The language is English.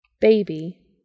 Baby